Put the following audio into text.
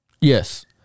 Yes